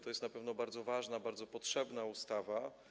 To jest na pewno bardzo ważna, bardzo potrzebna ustawa.